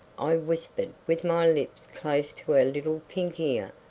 i whispered, with my lips close to her little pink ear,